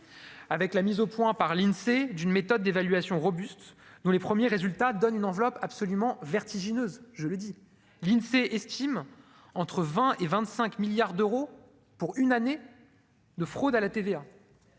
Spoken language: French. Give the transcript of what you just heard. avec la mise au point par l'Insee d'une méthode d'évaluation robuste, nous les premiers résultats donnent une enveloppe absolument vertigineuse, je le dis, l'Insee estime entre 20 et 25 milliards d'euros pour une année de fraude à la TVA